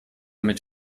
mit